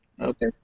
Okay